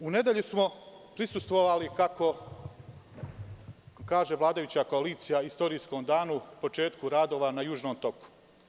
U nedelju smo prisustvovali, kako kaže vladajuća koalicija, istorijskom danu, početku radova na Južnom toku.